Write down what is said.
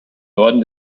norden